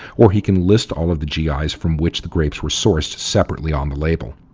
or he can list all of the gi's from which the grapes were sourced separately on the label.